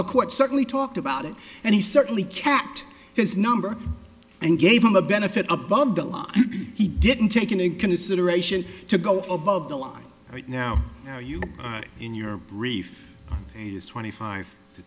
the court certainly talked about it and he certainly kept his number and gave him the benefit above the law he didn't take into consideration to go above the law right now are you in your brief twenty five to